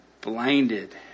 blinded